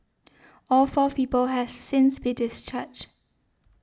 all fourth people have since been discharged